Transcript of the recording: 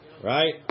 Right